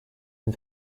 une